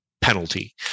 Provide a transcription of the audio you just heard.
penalty